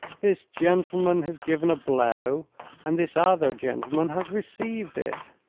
this gentleman has given a blow and this other gentleman has received it.